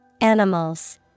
animals